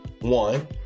one